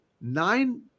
Nine